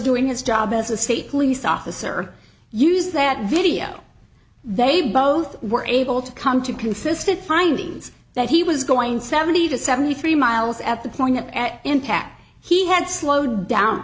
doing his job as a state police officer use that video they both were able to come to consistent findings that he was going seventy to seventy three miles at the point at impact he had slowed down